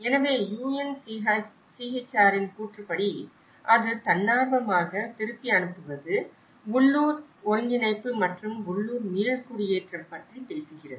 எனவே UNHCR இன் கூற்றுப்படி அது தன்னார்வமாக திருப்பி அனுப்புவது உள்ளூர் ஒருங்கிணைப்பு மற்றும் உள்ளூர் மீள்குடியேற்றம் பற்றி பேசுகிறது